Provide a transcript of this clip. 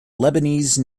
lebanese